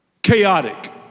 chaotic